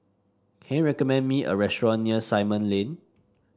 can you recommend me a restaurant near Simon Lane